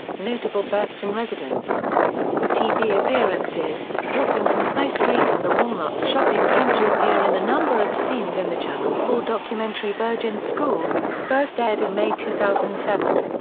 notable births and residents tv appearances orpington high street and the walnuts shopping centre appear in a number of scenes in the channel four documentary virgin school, first aired in may two thousand and seven.